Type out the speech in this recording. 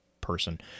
person